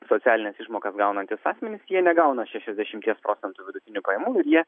socialines išmokas gaunantys asmenys jie negauna šešiasdešimties procentų vidutinių pajamų ir jie